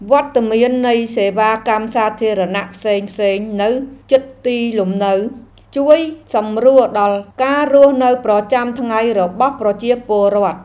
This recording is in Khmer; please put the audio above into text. វត្តមាននៃសេវាកម្មសាធារណៈផ្សេងៗនៅជិតទីលំនៅ ជួយសម្រួលដល់ការរស់នៅប្រចាំថ្ងៃរបស់ប្រជាពលរដ្ឋ។